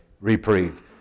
reprieve